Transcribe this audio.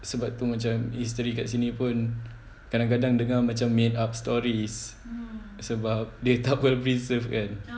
sebab tu macam history kat sini pun kadang-kadang dengar pun macam made up stories sebab dia tak perlu preserve kan